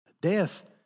Death